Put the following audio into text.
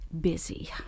busy